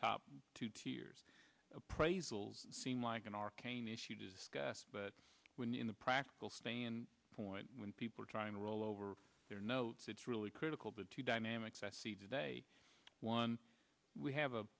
top two tiers appraisals seem like an arcane issue to discuss but when in the practical stand point when people are trying to roll over their notes it's really critical but two dynamics i see today one we have a